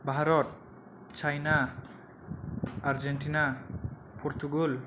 Bharat China Argentina Portugal